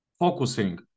focusing